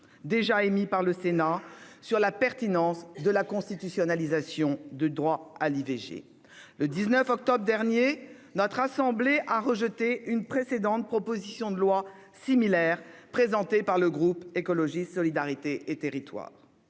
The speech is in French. déjà émis par le Sénat, sur la pertinence de la constitutionnalisation du droit à l'IVG. Le 19 octobre dernier, notre assemblée a rejeté une proposition de loi similaire présentée par le groupe Écologiste - Solidarité et Territoires.